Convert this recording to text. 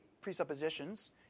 presuppositions